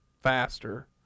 faster